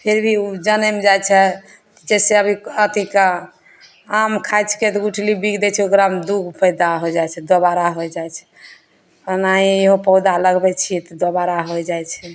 फिर भी ओ जनमि जाइत छै जइसे अभी अथी कऽ आम खाइचके तऽ गुठली बिग दै छै ओकरामे दुगो फाइदा हो जाइ छै दोबारा होइ जाइ छै ओनाहियो पौधा लगबै छियै तऽ दोबारा होइ जाइ छै